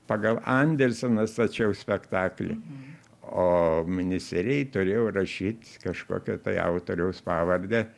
pagal anderseną stačiau spektaklį o ministerijai turėjau rašyt kažkokio tai autoriaus pavardę